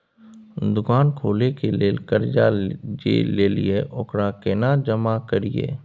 दुकान खोले के लेल कर्जा जे ललिए ओकरा केना जमा करिए?